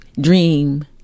dream